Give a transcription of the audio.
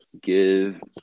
give –